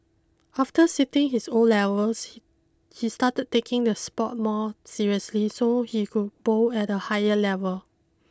after sitting his O levels he started taking the sport more seriously so he could bowl at a higher level